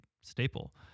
staple